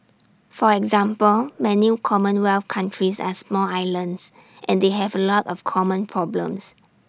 for example many commonwealth countries are small islands and they have A lot of common problems